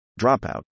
dropout